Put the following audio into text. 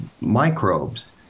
microbes